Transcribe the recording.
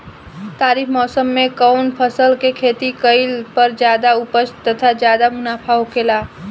खरीफ़ मौसम में कउन फसल के खेती कइला पर ज्यादा उपज तथा ज्यादा मुनाफा होखेला?